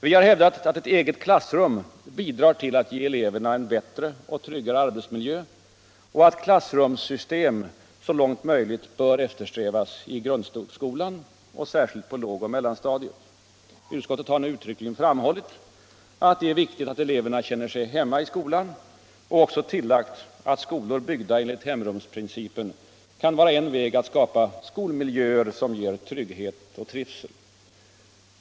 Vi har hävdat att ett eget klassrum bidrar till att ge eleverna en bättre och tryggare arbetsmiljö och att så långt möjligt klassrumssystem bör eftersträvas i grundskolan, särskilt på dess lågoch mellanstadier. Utskottet har nu uttryckligen framhållit att det är viktigt att eleverna känner sig hemma i skolan och har även tillagt att skolor byggda enligt hemrumsprincipen kan vara en väg att skapa skolmiljöer som ger trygghet och trivsel.